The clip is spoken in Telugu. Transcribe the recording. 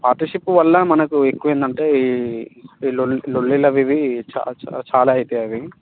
పార్ట్నర్షిప్ వల్ల మనకు ఎక్కువ ఏంటంటే ఈ ఈ లొల్లి లొల్లులు అవి ఇవి చ చ చాలా అవుతాయి అవి